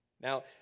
now